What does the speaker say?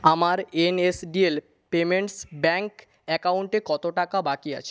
আমার NSDL payments bank অ্যাকাউন্টে কত টাকা বাকি আছে